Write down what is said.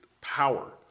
power